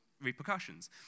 repercussions